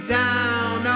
down